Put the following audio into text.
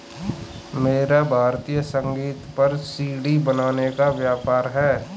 मेरा भारतीय संगीत पर सी.डी बनाने का व्यापार है